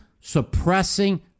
suppressing